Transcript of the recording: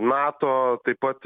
nato taip pat